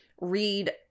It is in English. read